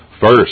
First